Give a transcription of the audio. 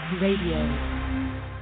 Radio